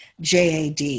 JAD